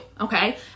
okay